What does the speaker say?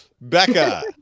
Becca